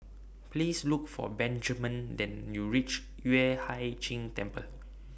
Please Look For Benjman Then YOU REACH Yueh Hai Ching Temple